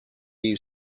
you